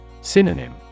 Synonym